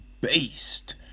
beast